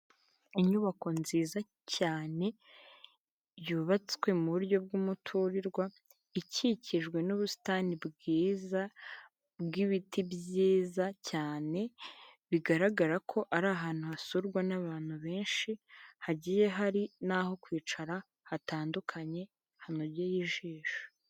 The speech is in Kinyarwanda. Inyubako nziza cyane yubatswe mu buryo bw'umuturirwa ikikijwe n'ubusitani bwiza bw'ibiti byiza cyane bigaragara ko ari ahantu hasurwa n'abantu benshi hagiye hari n'aho kwicara hatandukanye hanogeye ijisho.